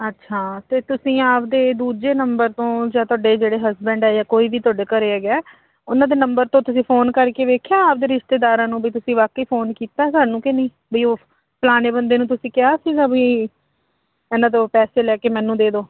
ਅੱਛਾ ਅਤੇ ਤੁਸੀਂ ਆਪਦੇ ਦੂਜੇ ਨੰਬਰ ਤੋਂ ਜਾਂ ਤੁਹਾਡੇ ਜਿਹੜੇ ਹਸਬੈਂਡ ਆ ਜਾਂ ਕੋਈ ਵੀ ਤੁਹਾਡੇ ਘਰ ਹੈਗਾ ਉਹਨਾਂ ਦੇ ਨੰਬਰ ਤੋਂ ਤੁਸੀਂ ਫੋਨ ਕਰਕੇ ਵੇਖਿਆ ਆਪਦੇ ਰਿਸ਼ਤੇਦਾਰਾਂ ਨੂੰ ਵੀ ਤੁਸੀਂ ਵਾਕਈ ਫੋਨ ਕੀਤਾ ਸਾਨੂੰ ਕਿ ਨਹੀਂ ਵੀ ਉਹ ਫਲਾਣੇ ਬੰਦੇ ਨੂੰ ਤੁਸੀਂ ਕਿਹਾ ਸੀਗਾ ਵੀ ਇਹਨਾਂ ਤੋਂ ਪੈਸੇ ਲੈ ਕੇ ਮੈਨੂੰ ਦੇ ਦਿਉ